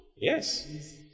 Yes